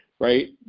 Right